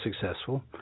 successful